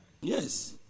Yes